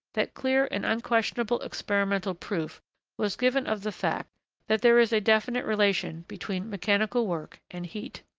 that clear and unquestionable experimental proof was given of the fact that there is a definite relation between mechanical work and heat